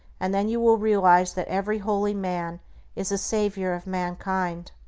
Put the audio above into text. and then you will realize that every holy man is a savior of mankind.